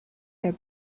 their